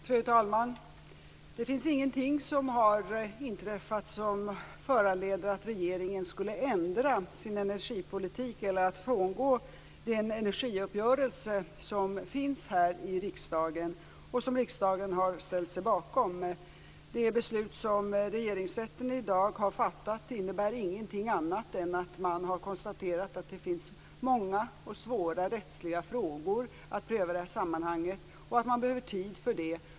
Fru talman! Det finns ingenting som har inträffat som föranleder att regeringen skall ändra sin energipolitik eller frångå den energiuppgörelse som finns i riksdagen och som riksdagen har ställt sig bakom. Det beslut som regeringsrätten i dag har fattat innebär ingenting annat än ett konstaterande av att det finns många och svåra rättsliga frågor att pröva i sammanhanget och att det behövs tid för det.